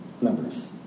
Numbers